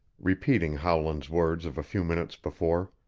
repeating howland's words of a few minutes before.